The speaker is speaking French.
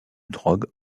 drogue